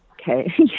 Okay